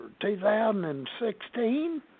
2016